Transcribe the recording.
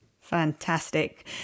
Fantastic